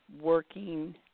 working